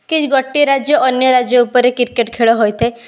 କି ଗୋଟେ ରାଜ୍ୟ ଅନ୍ୟ ରାଜ୍ୟ ଉପରେ କ୍ରିକେଟ୍ ଖେଳ ହୋଇଥାଏ